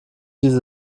diese